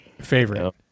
Favorite